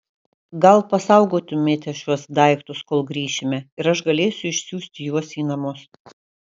gal pasaugotumėte šiuos daiktus kol grįšime ir aš galėsiu išsiųsti juos į namus